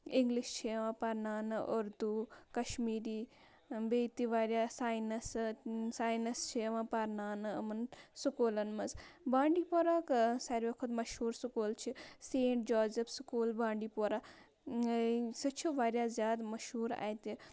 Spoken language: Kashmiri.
اِنٛگلِش چھِ یِوان پَرناونہٕ اُردو کَشمیٖری بیٚیہِ تہِ واریاہ ساینَسہٕ ساینَس چھِ یِوان پَرناونہٕ یِمَن سکوٗلَن منٛز بانٛڈی پورہ سارویو کھۄتہٕ مشہوٗر سکوٗل چھِ saint Joseph school Bandipora سُہ چھُ واریاہ زیادٕ مشہوٗر اَتہِ